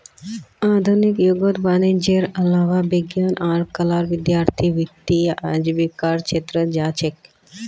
आधुनिक युगत वाणिजयेर अलावा विज्ञान आर कलार विद्यार्थीय वित्तीय आजीविकार छेत्रत जा छेक